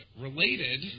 related